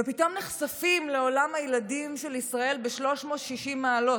ופתאום נחשפים לעולם הילדים של ישראל ב-360 מעלות.